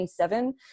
27